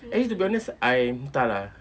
actually to be honest I am entah lah